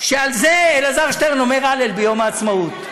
שעל זה אלעזר שטרן אומר "הלל" ביום העצמאות.